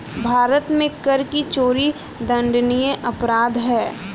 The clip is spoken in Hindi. भारत में कर की चोरी दंडनीय अपराध है